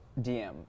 DM